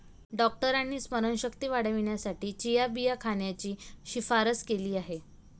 डॉक्टरांनी स्मरणशक्ती वाढवण्यासाठी चिया बिया खाण्याची शिफारस केली आहे